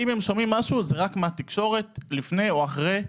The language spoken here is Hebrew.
אם הם שומעים משהו זה רק מהתקשורת לפני או אחרי.